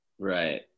Right